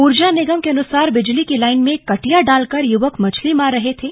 ऊर्जा निगम के अनुसार बिजली की लाइन में कटिया डालकर युवक मछली मार रहे थे